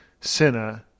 Sinner